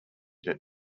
that